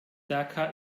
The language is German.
dhaka